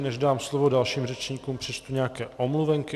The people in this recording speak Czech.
Než dám slovo dalším řečníkům, přečtu nějaké omluvenky.